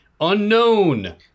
Unknown